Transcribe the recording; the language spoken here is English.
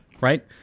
Right